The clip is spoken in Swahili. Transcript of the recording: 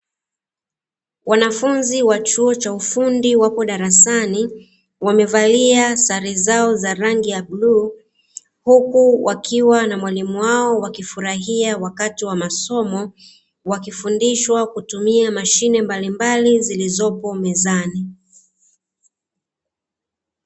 Wanafunzi wa chuo cha ufundi wapo darasani, wamevalia sare zao za rangi ya bluu, huku wakiwa na mwalimu wao wakifurahia wakati wa masomo wakifundishwa kutumia mashine mbalimbali zilizopo mezani.